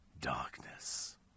darkness